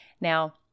Now